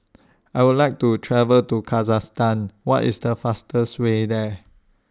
I Would like to travel to Kazakhstan What IS The fastest Way There